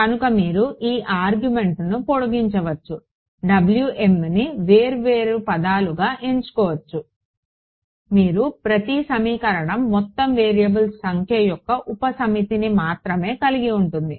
కనుక మీరు ఈ ఆర్గ్యుమెంట్ను పొడిగించవచ్చు ని వేర్వేరు వేర్వేరు పదాలుగా ఎంచుకోవచ్చు మీరు ప్రతి సమీకరణం మొత్తం వేరియబుల్స్ సంఖ్య యొక్క ఉపసమితిని మాత్రమే కలిగి ఉంటుంది